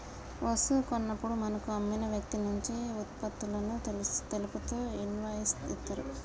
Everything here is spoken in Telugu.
వస్తువు కొన్నప్పుడు మనకు అమ్మిన వ్యక్తినుంచి వుత్పత్తులను తెలుపుతూ ఇన్వాయిస్ ఇత్తరు